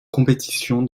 compétition